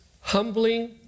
humbling